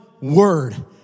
word